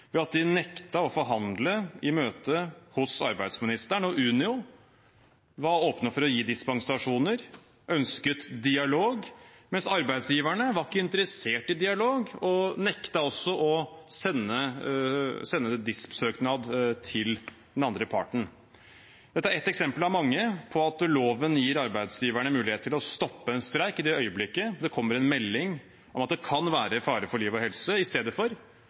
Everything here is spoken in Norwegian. ved at de nektet å forhandle i møtet hos arbeidsministeren. Unio var åpne for å gi dispensasjoner, ønsket dialog, mens arbeidsgiverne ikke var interessert i dialog og også nektet å sende dispensasjonssøknad til den andre parten. Dette er et av mange eksempler på at loven gir arbeidsgiverne mulighet til å stoppe en streik i det øyeblikket det kommer en melding om at det kan være fare for liv og helse, i stedet for